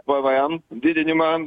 pvm didinimą